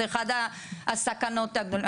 זה אחד הסכנות הכי גדולות.